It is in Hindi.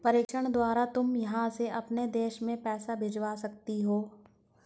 प्रेषण द्वारा तुम यहाँ से अपने देश में पैसे भिजवा सकती हो